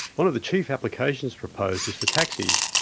one of the chief applications proposed is for taxis.